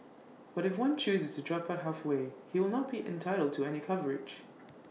but if one chooses to drop out halfway he will not be entitled to any coverage